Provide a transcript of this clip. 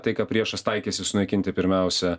tai ką priešas taikysis sunaikinti pirmiausia